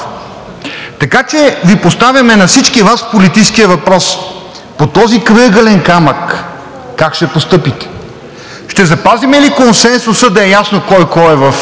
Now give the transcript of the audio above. Така че Ви поставяме на всички Вас политическия въпрос: по този крайъгълен камък как ще постъпите? Ще запазим ли консенсуса да е ясно кой кой е и в